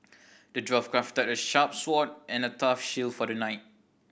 the dwarf crafted a sharp sword and a tough shield for the knight